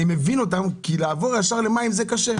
אני מבין אותם כי לעבור ישר למים זה קשה.